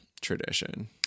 tradition